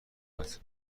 بعد